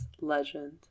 Legend